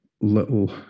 little